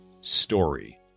story